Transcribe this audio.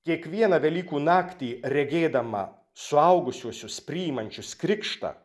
kiekvieną velykų naktį regėdama suaugusiuosius priimančius krikštą